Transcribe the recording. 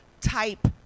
type